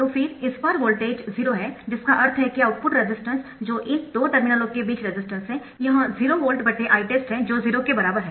तो फिर इस पार वोल्टेज 0 है जिसका अर्थ है कि आउटपुट रेजिस्टेंस जो इन दो टर्मिनलों के बीच रेजिस्टेंस है यह 0VItest है जो 0 के बराबर है